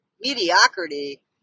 Mediocrity